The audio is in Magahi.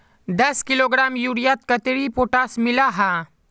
दस किलोग्राम यूरियात कतेरी पोटास मिला हाँ?